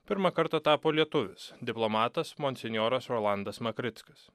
pirmą kartą tapo lietuvis diplomatas monsinjoras rolandas makrickas